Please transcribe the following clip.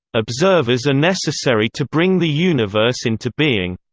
observers are necessary to bring the universe into being.